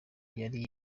yari